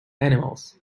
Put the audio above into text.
animals